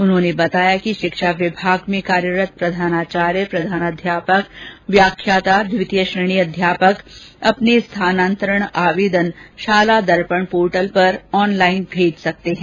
उन्होंने बताया कि शिक्षा विभाग में कार्यरत प्रधानाचार्य प्रधानाध्यापक व्याख्याता द्वितीय श्रेणी अध्यापक अपने स्थानान्तरण आवेदन शाला दर्पण पोर्टल पर ऑनलाइन भेज सकते हैं